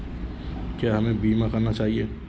क्या हमें बीमा करना चाहिए?